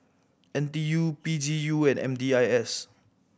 N T U P G U and M D I S